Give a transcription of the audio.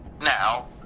Now